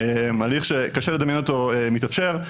הליך שקשה לדמיין אותו מתאפשר,